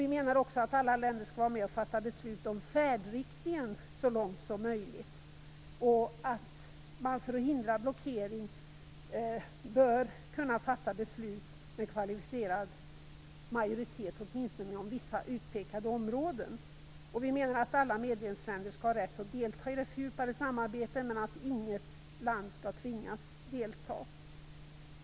Vi menar också att alla länder skall vara med och fatta beslut om färdriktningen så långt som möjligt och att man för att förhindra blockering bör kunna fatta beslut med kvalificerad majoritet, åtminstone inom vissa utpekade områden. Vi menar att alla medlemsländer skall ha rätt att delta i det fördjupade samarbetet men att inget land skall tvingas delta.